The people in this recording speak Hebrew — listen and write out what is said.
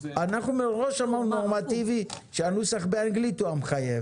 אנחנו מראש אמרנו שהנוסח באנגלית הוא המחייב,